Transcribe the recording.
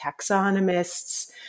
taxonomists